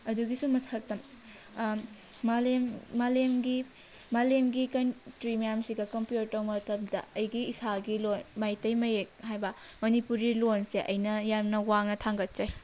ꯑꯗꯨꯒꯤꯁꯨ ꯃꯊꯛꯇ ꯃꯥꯂꯦꯝ ꯃꯥꯂꯦꯝꯒꯤ ꯃꯥꯂꯦꯝꯒꯤ ꯀꯟꯇ꯭ꯔꯤ ꯃꯌꯥꯝꯁꯤꯒ ꯀꯝꯄꯤꯌꯔ ꯇꯧꯅꯕ ꯃꯇꯝꯗ ꯑꯩꯒꯤ ꯏꯁꯥꯒꯤ ꯂꯣꯟ ꯃꯩꯇꯩ ꯃꯌꯦꯛ ꯍꯥꯏꯕ ꯃꯅꯤꯄꯨꯔꯤ ꯂꯣꯟꯁꯦ ꯑꯩꯅ ꯌꯥꯝꯅ ꯋꯥꯡꯅ ꯊꯥꯡꯒꯠꯆꯩ